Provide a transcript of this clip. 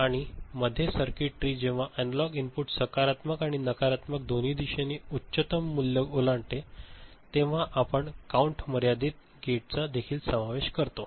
आणि मध्ये अतिरिक्त सर्किटरी जेव्हा अॅनालॉग इनपुट सकारात्मक आणि नकारात्मक दोन्ही दिशा उच्चतम मूल्य ओलांडते तेव्हा आपण काउन्ट मर्यादित गेट चा देखील समावेश करतो